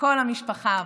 וכל המשפחה,